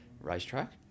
racetrack